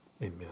Amen